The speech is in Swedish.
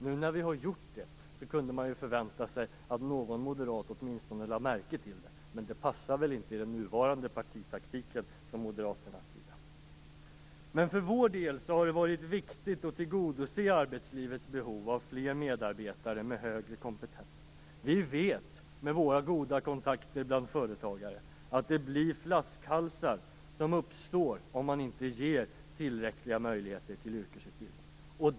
Nu när vi har gjort det kunde man förvänta sig att någon moderat åtminstone lade märke till det, men det passar väl inte i Moderaternas nuvarande partitaktik. För vår del har det varit viktigt att tillgodose arbetslivets behov av fler medarbetare med högre kompetens. Vi vet, genom våra goda kontakter med företagare, att det uppstår flaskhalsar om man inte ger tillräckliga möjligheter till yrkesutbildning.